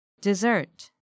Dessert